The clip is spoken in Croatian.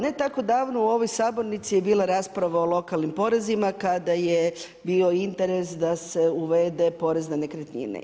Ne tako davno u ovoj sabornici je bila rasprava o lokalnim porezima kada je bio interes da se uvede porez na nekretnine.